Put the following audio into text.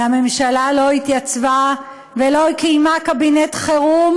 והממשלה לא התייצבה ולא קיימה קבינט חירום,